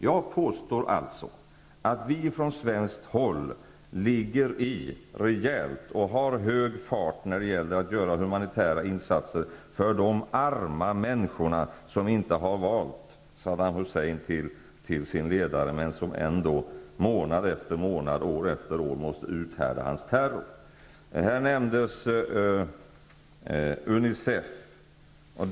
Jag påstår alltså att vi från svenskt håll ligger i rejält och har hög fart när det gäller att göra humanitära insatser för de arma människor som inte har valt Saddam Hussein till sin ledare, men som ändå månad efter månad och år efter år måste uthärda hans terror. Unicef nämndes av någon.